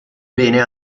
bene